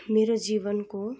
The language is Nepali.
मेरो जीवनको